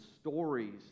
stories